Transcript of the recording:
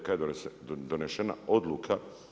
Kada je donešene odluka.